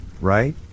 right